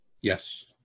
Yes